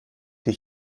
die